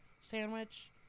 sandwich